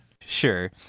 Sure